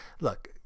look